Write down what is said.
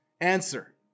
answer